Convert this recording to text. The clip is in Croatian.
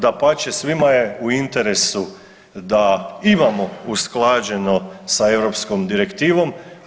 Dapače, svima je u interesu da imamo usklađeno sa europskom direktivom.